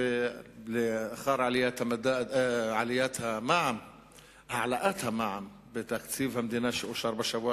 ולאחר העלאת המע"מ בתקציב המדינה שאושר בשבוע